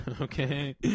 Okay